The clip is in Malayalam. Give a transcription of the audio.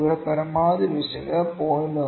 ഇവിടെ പരമാവധി പിശക് 0